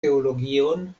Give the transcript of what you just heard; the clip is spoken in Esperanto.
teologion